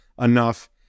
enough